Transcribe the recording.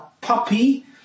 puppy